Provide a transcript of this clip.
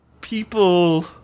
people